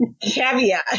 caveat